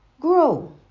grow